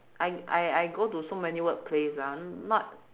I I I go to so many workplace ah not